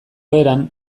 eran